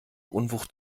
unwucht